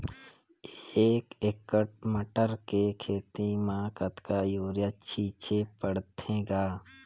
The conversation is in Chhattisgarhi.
एक एकड़ मटर के खेती म कतका युरिया छीचे पढ़थे ग?